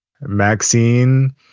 Maxine